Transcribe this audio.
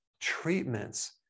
treatments